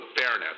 fairness